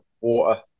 water